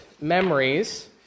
memories